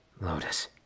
Lotus